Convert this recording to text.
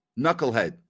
knucklehead